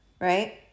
right